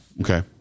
Okay